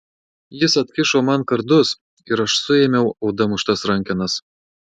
jis atkišo man kardus ir aš suėmiau oda muštas rankenas